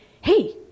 Hey